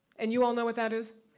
and you all know what that is?